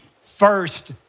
first